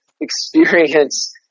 experience